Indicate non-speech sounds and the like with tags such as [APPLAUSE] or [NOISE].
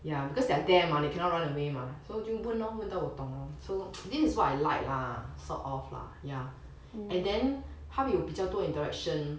ya because they are there mah they cannot run away mah so 就问 lor 问到我懂 lor so [NOISE] this is what I like lah sort of lah ya and then 他会有比较多 interaction